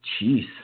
jeez